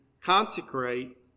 consecrate